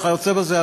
וכיוצא בזה.